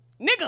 nigga